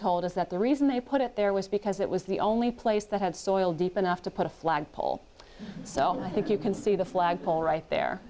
told is that the reason they put it there was because it was the only place that had soil deep enough to put a flagpole so i think you can see the flagpole right